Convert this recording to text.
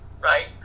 right